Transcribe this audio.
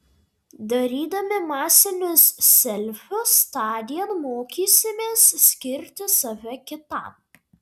darydami masinius selfius tądien mokysimės skirti save kitam